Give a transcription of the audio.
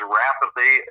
rapidly